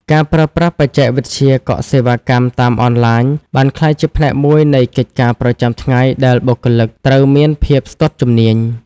ការប្រើប្រាស់បច្ចេកវិទ្យាកក់សេវាកម្មតាមអនឡាញ បានក្លាយជាផ្នែកមួយនៃកិច្ចការប្រចាំថ្ងៃដែលបុគ្គលិកត្រូវមានភាពស្ទាត់ជំនាញ។